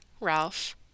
Ralph